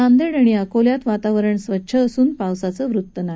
नांदेड आणि अकोल्यात वातावरण स्वच्छ असून पावसाचं वृत्त नाही